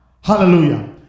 Hallelujah